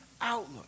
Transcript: outlook